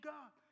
God